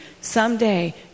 someday